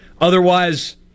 Otherwise